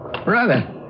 Brother